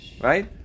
right